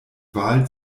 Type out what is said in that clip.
wahl